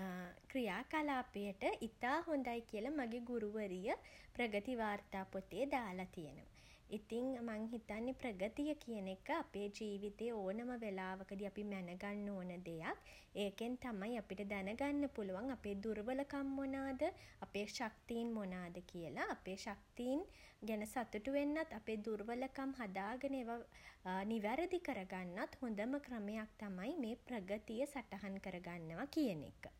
ක්‍රියා කලාපයට ඉතා හොඳයි කියලා මගේ ගුරුවරිය ප්‍රගති වාර්තා පොතේ දාලා තියෙනවා. ඉතින් මං හිතන්නේ ප්‍රගතිය කියන එක අපේ ජීවිතේ ඕනෑම වෙලාවකදී අපි මැන ගන්න ඕන දෙයක්. ඒකෙන් තමයි අපිට දැනගන්න පුළුවන් අපේ දුර්වලකම් මොනාද අපේ ශක්තීන් මොනාද කියලා. අපේ ශක්තීන් ගැන සතුටු වෙන්නත් අපේ දුර්වලකම් හදාගෙන ඒවා නිවැරදි කරගන්නත් හොඳම ක්‍රමයක් තමයි මේ ප්‍රගතිය සටහන් කරගන්නවා කියන එක.